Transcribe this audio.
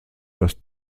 das